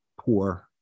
poor